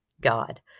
God